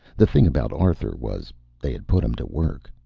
the thing about arthur was they had put him to work.